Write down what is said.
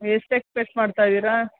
ಎಷ್ಟು ಎಕ್ಸ್ಪೆಕ್ಟ್ ಮಾಡ್ತಾಯಿದ್ದೀರಾ